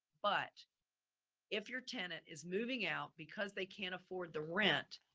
but if your tenant is moving out because they can't afford the rent,